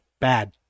Bad